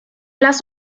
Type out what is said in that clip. las